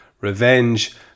Revenge